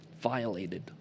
violated